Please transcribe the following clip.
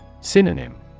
Synonym